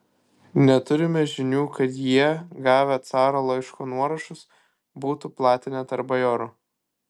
neturime žinių kad jie gavę caro laiško nuorašus būtų platinę tarp bajorų